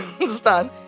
understand